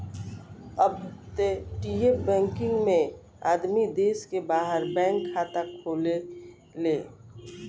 अपतटीय बैकिंग में आदमी देश के बाहर बैंक खाता खोलेले